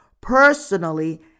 personally